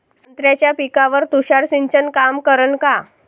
संत्र्याच्या पिकावर तुषार सिंचन काम करन का?